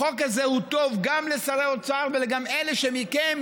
החוק הזה הוא טוב גם לשרי אוצר וגם לאלה מכם